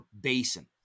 basin